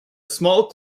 small